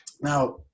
Now